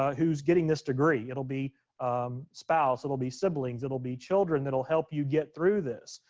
ah who's getting this degree. it'll be spouse. it'll be siblings. it'll be children. that'll help you get through this.